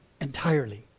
entirely